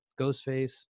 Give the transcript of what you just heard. Ghostface